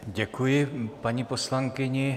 Děkuji paní poslankyni.